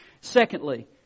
Secondly